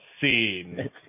scene